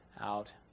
out